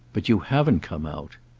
but you haven't come out!